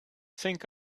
think